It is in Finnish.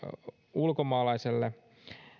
ulkomaalaiselle